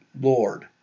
Lord